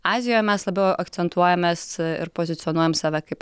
azijoj mes labiau akcentuojamės ir pozicionuojam save kaip